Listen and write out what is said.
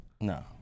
No